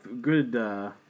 Good